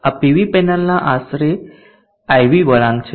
આ પીવી પેનલના આશરે IV વળાંક છે